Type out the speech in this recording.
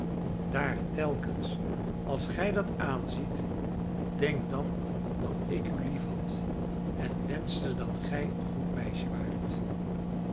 ik daar telkens als gij dat aanziet denk dan dat ik u liefhad en wenschte dat gij een goed meisje waart